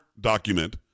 document